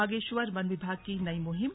बागेश्वर वन विभाग की नई मुहिम